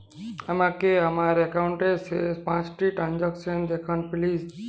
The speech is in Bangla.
আমাকে আমার একাউন্টের শেষ পাঁচটি ট্রানজ্যাকসন দেখান প্লিজ